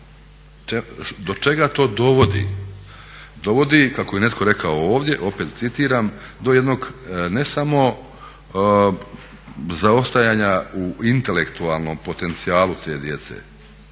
do čega to dovodi? Dovodi kako je netko rekao ovdje, opet citiram do jednog ne samo zaostajanja u intelektualnom potencijalu te djece,